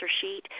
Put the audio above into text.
sheet